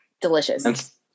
Delicious